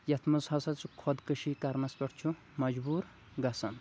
یَتھ منٛز ہسا سُہ خۅدکٔشی کَرنس پٮ۪ٹھ چھُ مجبوٗر گَژھان